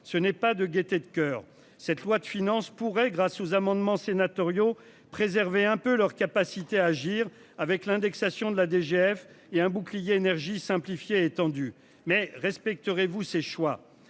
ce n'est pas de gaieté de coeur. Cette loi de finances pourraient grâce aux amendements sénatoriaux préserver un peu leur capacité à agir avec l'indexation de la DGF et un bouclier énergie simplifiée étendue mais respecterez-vous ses choix